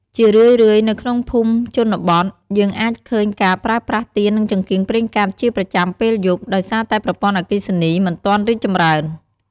ជារឿយៗ នៅក្នុងភូមិជនបទ យើងអាចឃើញការប្រើប្រាស់ទៀននិងចង្កៀងប្រេងកាតជាប្រចាំពេលយប់ ដោយសារតែប្រព័ន្ធអគ្គិសនីមិនទាន់រីកចម្រើន។